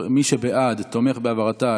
מי שבעד, תומך בהעברתה